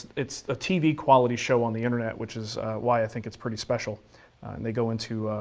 it's a tv quality show on the internet which is why i think it's pretty special and they go into.